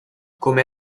come